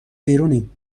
بیرونیم